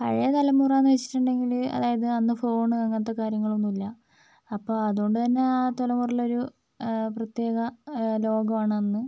പഴയ തലമുറ എന്ന് വെച്ചിട്ടുണ്ടെങ്കില് അതായത് അന്ന് ഫോണ് അങ്ങനത്തെ കാര്യങ്ങളൊന്നുമില്ല അപ്പോൾ അതുകൊണ്ട് തന്നെ ആ തലമുറയിൽ ഒരു പ്രത്യേക ലോകമാണെന്ന്